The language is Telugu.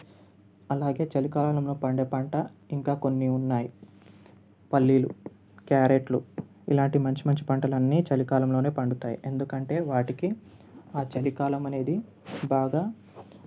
అలాగే చలికాలంలో పండే పంట ఇంకా కొన్ని ఉన్నాయి పల్లీలు క్యారెట్లు ఇలాంటి మంచి మంచి పంటలు అన్నీ చలి కాలంలో పండుతాయి ఎందుకంటే వాటికి ఆ చలికాలం అనేది బాగా